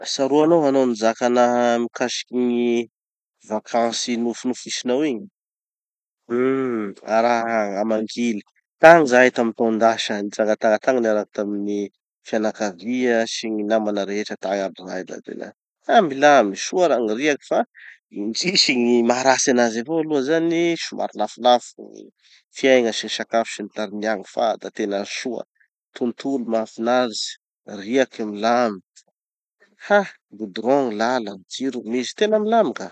Tsaroanao hanao nizaka anaha mikasiky gny vakansy nofinofisinao igny. Uhm, a raha agny, a mangily. Tagny zahay tamy taondasa, nitsangatsanga tagny niaraky tamy gny fianakavia sy gny namana rehetra, tagny aby zahay da tena. Fa milamy, soa ra gny riaky fa, indrisy gny maha ratsy anazy avao aloha zany, somary lafolafo gny fiaigna sy gny sakafo sy ny tariny agny. Fa da tena soa, tontolo mahafinaritsy, riaky milamy, ha!, goudron gny lala, jiro misy, tena milamy ka.